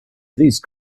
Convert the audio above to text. these